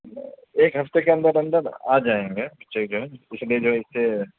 ایک ہفتے کے اندر اندر آ جائیں گے ٹھیک ہے اس لیے جو اسے